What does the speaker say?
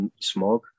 smog